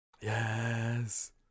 Yes